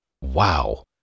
Wow